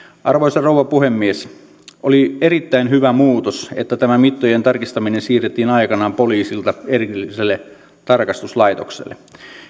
arvoisa rouva puhemies oli erittäin hyvä muutos että tämä mittojen tarkistaminen siirrettiin aikanaan poliisilta erilliselle tarkastuslaitokselle